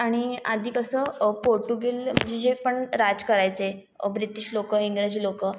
आणि आधी कसं पोर्टूगेल म्हणजे पण राज करायचे ब्रितीश लोकं इंग्रजी लोकं